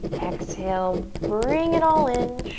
exhale, bring it all in,